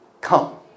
come